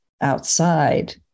outside